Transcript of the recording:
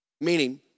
Meaning